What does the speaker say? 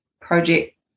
project